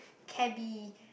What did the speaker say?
cabbie